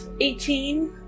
Eighteen